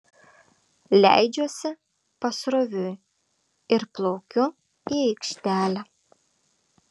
leidžiuosi pasroviui ir plaukiu į aikštelę